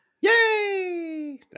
Yay